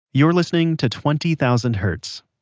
you're listening to twenty thousand hertz.